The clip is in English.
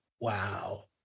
Wow